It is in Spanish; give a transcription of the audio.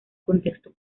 contexto